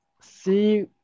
see